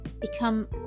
become